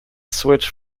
switch